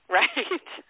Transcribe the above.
right